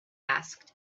asked